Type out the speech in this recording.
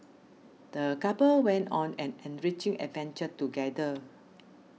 the couple went on an enriching adventure together